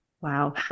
Wow